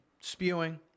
spewing